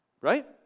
Right